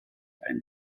ein